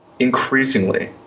increasingly